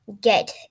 get